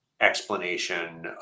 explanation